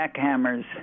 jackhammers